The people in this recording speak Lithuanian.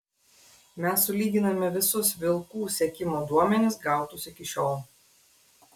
mes sulyginame visus vilkų sekimo duomenis gautus iki šiol